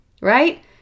right